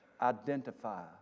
Identify